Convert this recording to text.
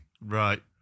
Right